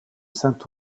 saint